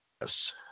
Yes